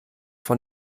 von